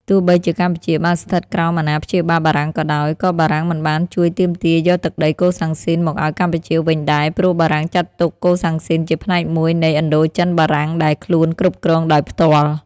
ទោះបីជាកម្ពុជាបានស្ថិតក្រោមអាណាព្យាបាលបារាំងក៏ដោយ ក៏បារាំងមិនបានជួយទាមទារយកទឹកដីកូសាំងស៊ីនមកឱ្យកម្ពុជាវិញដែរ ព្រោះបារាំងចាត់ទុកកូសាំងស៊ីនជាផ្នែកមួយនៃ ឥណ្ឌូចិនបារាំង ដែលខ្លួនគ្រប់គ្រងដោយផ្ទាល់។